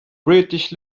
british